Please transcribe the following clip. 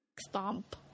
stomp